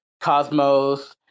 Cosmos